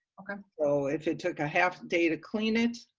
so, if it took a half day to clean it,